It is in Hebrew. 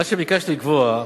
מה שביקשת לקבוע,